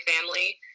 family